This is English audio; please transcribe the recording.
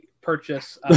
purchase